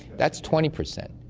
that's twenty percent.